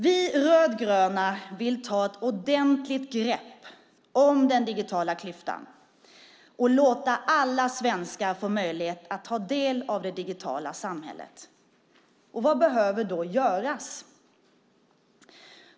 Vi rödgröna vill ta ett ordentligt grepp om den digitala klyftan och låta alla svenskar få möjlighet att ta del av det digitala samhället. Vad behöver då göras?